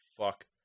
Fuck